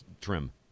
trim